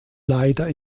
leider